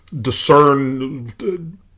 discern